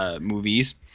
movies